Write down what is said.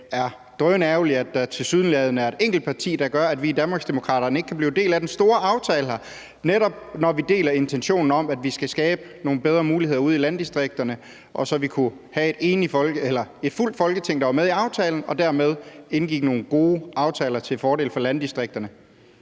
det er drønærgerligt, at der tilsyneladende er et enkelt parti, der gør, at vi i Danmarksdemokraterne ikke kan blive en del af den store aftale her, netop i forhold til at vi deler intentionen om, at vi skal skabe nogle bedre muligheder ude i landdistrikterne, og så vi kunne have et helt Folketing, der var med i aftalen, så vi dermed sammen kunne indgå nogle gode aftaler til fordel for landdistrikterne.